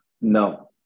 no